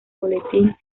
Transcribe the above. boletín